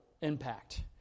impact